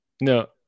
No